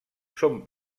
son